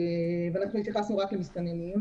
והובטח לנו שהתקציב הזה יופנה אליכם.